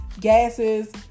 gases